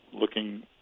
looking